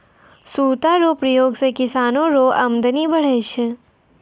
सूता रो प्रयोग से किसानो रो अमदनी बढ़ै छै